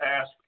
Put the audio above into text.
ask